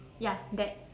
ya that